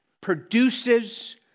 produces